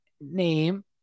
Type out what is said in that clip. name